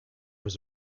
was